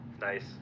Nice